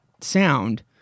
sound